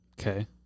Okay